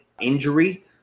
injury